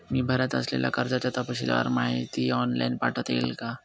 मी भरत असलेल्या कर्जाची तपशीलवार माहिती ऑनलाइन पाठवता येईल का?